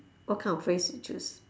what kind of phrase you choose